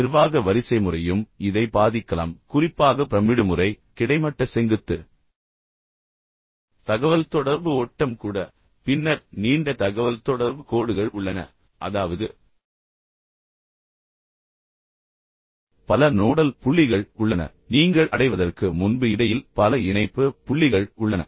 நிர்வாக வரிசைமுறையும் இதை பாதிக்கலாம் குறிப்பாக பிரமிடு முறை கிடைமட்ட செங்குத்து தகவல்தொடர்பு ஓட்டம் கூட பின்னர் நீண்ட தகவல்தொடர்பு கோடுகள் உள்ளன அதாவது பல நோடல் புள்ளிகள் உள்ளன நீங்கள் அடைவதற்கு முன்பு இடையில் பல இணைப்பு புள்ளிகள் உள்ளன